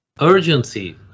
urgency